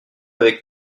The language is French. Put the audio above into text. avec